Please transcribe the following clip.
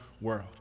world